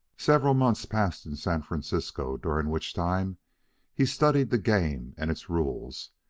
several months passed in san francisco during which time he studied the game and its rules,